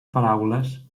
paraules